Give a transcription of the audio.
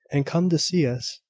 and come to see us.